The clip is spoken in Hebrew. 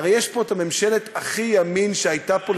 הרי יש פה ממשלת הכי ימין שהייתה פה,